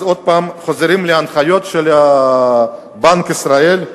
אז עוד פעם חוזרים להנחיות של בנק ישראל,